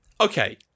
Okay